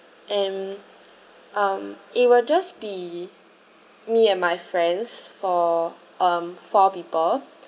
and um it will just be me and my friends for um four people